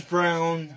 Brown